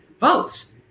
votes